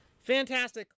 Fantastic